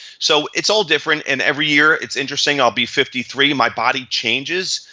so it's all different and every year it's interesting i'll be fifty three my body changes.